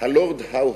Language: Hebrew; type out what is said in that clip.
"הלורד האו-האו"